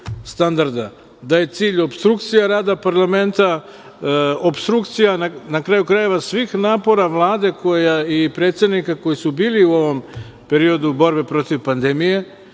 standarda, da je cilj opstrukcija rada parlamenta, opstrukcija na kraju krajeva svih napora Vlade i predsednika koji su bili u ovom periodu borbe protiv pandemije.Sećate